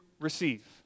receive